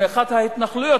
מאחת ההתנחלויות,